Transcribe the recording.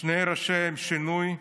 שני ראשי שינוי,